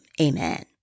amen